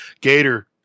Gator